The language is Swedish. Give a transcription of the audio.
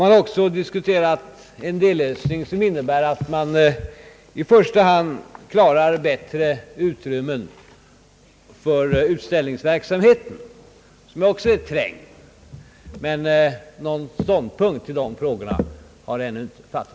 Man har också diskuterat en dellösning, innebärande att i första hand försöka åstadkomma bättre utrymmen för utställningsverksamheten, som också är trängd. Men någon ståndpunkt till dessa frågor har ännu inte tagits.